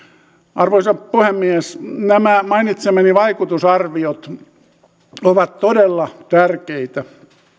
arvoisa puhemies nämä mainitsemani vaikutusarviot ovat todella tärkeitä